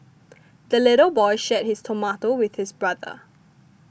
the little boy shared his tomato with his brother